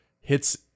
hits